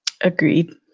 Agreed